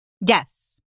Yes